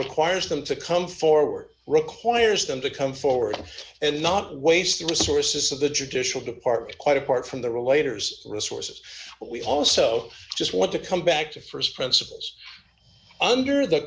requires them to come forward d requires them to come forward and not waste the resources of the judicial department quite apart from the related resources but we also just want to come back to st principles under the